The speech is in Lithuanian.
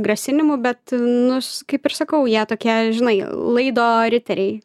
grasinimų bet nu kaip ir sakau jie tokie žinai laido riteriai